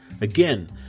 Again